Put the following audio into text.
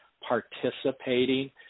participating